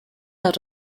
out